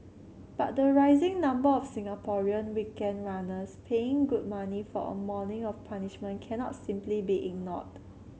but the rising number of Singaporean weekend runners paying good money for a morning of punishment cannot simply be ignored